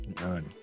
None